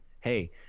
hey